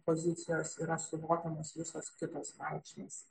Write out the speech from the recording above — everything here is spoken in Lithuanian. pozicijos yra suvokiamos visos kitos reikšmės